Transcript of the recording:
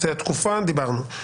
על התקופה דיברנו.